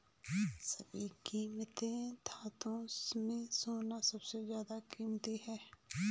सभी कीमती धातुओं में सोना सबसे ज्यादा कीमती है